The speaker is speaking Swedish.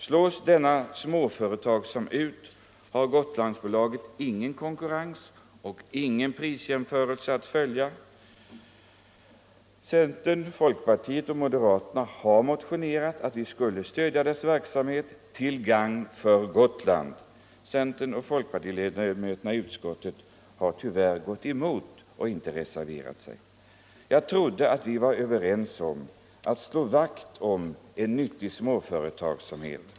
Slås denna småföretagsamhet ut, har Gotlandsbolaget ingen konkurrens och ingen prisjämförelse att följa. Centern, folkpartiet och moderaterna har motionerat om att vi skulle stödja denna verksamhet till gagn för Gotland. Centernoch folkpartiledamöterna i utskottet har tyvärr gått emot motionen och inte reserverat sig. Jag trodde att vi var överens om att slå vakt om en nyttig småföretagsamhet.